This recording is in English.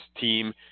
team